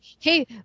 Hey